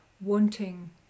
wanting